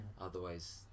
Otherwise